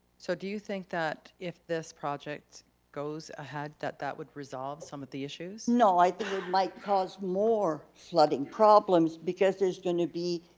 so do you think that if this project goes ahead that that would resolve some of the issues? no, i think it might cause more flooding problems. because there's gonna be,